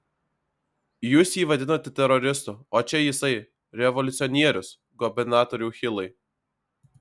jūs jį vadinate teroristu o čia jisai revoliucionierius gubernatoriau hilai